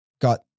got